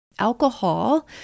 alcohol